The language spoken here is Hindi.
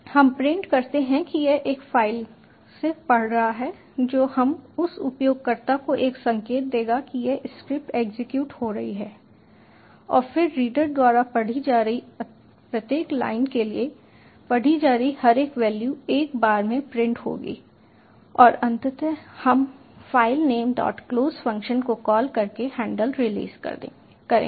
हम प्रिंट करते हैं कि यह एक फ़ाइल से पढ़ रहा है जो हम बस उपयोगकर्ता को एक संकेत देगा कि यह स्क्रिप्ट एग्जीक्यूट हो रही है और फिर रीडर द्वारा पढ़ी जा रही प्रत्येक लाइन के लिए पढ़ी जा रही हर एक वैल्यू एक बार में प्रिंट होगी और अंततः हम filenameclose फ़ंक्शन को कॉल करके हैंडल रिलीज करेंगे